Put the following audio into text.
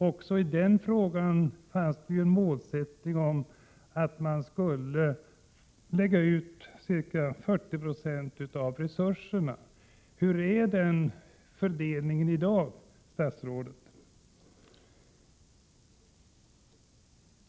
Också i den frågan fanns ett mål om att lägga ut ca 40 96 av resurserna. Hur är den fördelningen i dag, statsrådet?